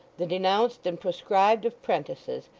the denounced and proscribed of prentices,